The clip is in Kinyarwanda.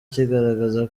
kigaragaza